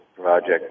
project